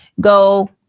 go